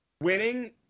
winning